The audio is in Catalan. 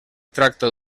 tracta